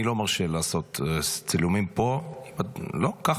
אני לא מרשה לעשות צילומים פה, אני לא מאשר.